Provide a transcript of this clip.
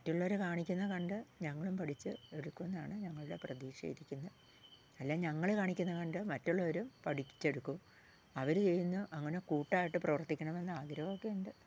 മറ്റുള്ളവര് കാണിക്കുന്ന കണ്ട് ഞങ്ങളും പഠിച്ച് എടുക്കും എന്നാണു ഞങ്ങളുടെ പ്രതീക്ഷ ഇരിക്കുന്നത് അല്ലെങ്കിൽ ഞങ്ങള് കാണിക്കുന്ന കണ്ട് മറ്റുള്ളവരും പഠിച്ചെടുക്കും അവര് ചെയ്യുന്നു അങ്ങനെ കൂട്ടമായിട്ട് പ്രവർത്തിക്കണമെന്ന് ആഗ്രഹമൊക്കെ ഉണ്ട്